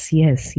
yes